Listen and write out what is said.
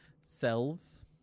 selves